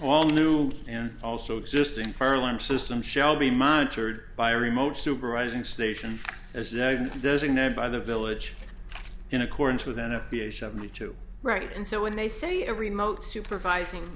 all new and also existing per one system shall be monitored by remote supervising station as designated by the village in accordance with n f p a seventy two right and so when they say a remote supervising